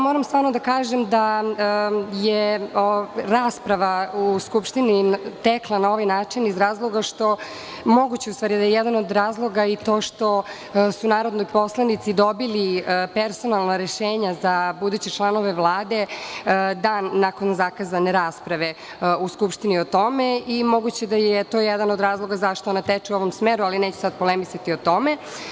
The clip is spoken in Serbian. Moram da kažem da je rasprava u Skupštini tekla na ovaj način iz razloga, u stvari jedan od mogućih razloga je i to što su narodni poslanici dobili personalna rešenja za buduće članove Vlade dan nakon zakazane rasprave u Skupštini o tome i moguće da je to jedan od razloga zašto ona teče u ovom smeru, ali neću sada polemisati o tome.